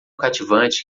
cativante